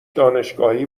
دانشگاهی